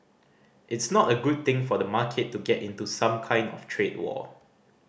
it's not a good thing for the market to get into some kind of trade war